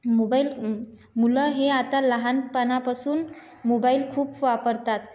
mobile मुलं हे आता लहानपणापासून मोबाईल खूप वापरतात